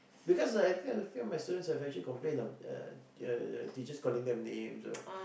because I I feel feel my my students have actually complained a uh uh teachers calling them names or